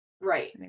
Right